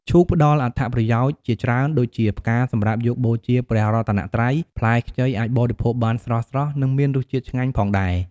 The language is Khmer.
ឈូកផ្តល់អត្ថប្រយោជន៍ជាច្រើនដូចជា ផ្កាសម្រាប់យកបូជាព្រះរតនត្រ័យ, ផ្លែខ្ចីអាចបរិភោគបានស្រស់ៗ និងមានរសជាតិឆ្ងាញ់ផងដែរ ។